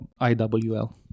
IWL